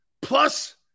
Plus